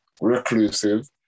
reclusive